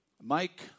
Mike